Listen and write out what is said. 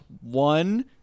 one